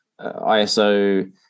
iso